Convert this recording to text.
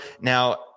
Now